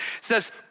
says